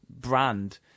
brand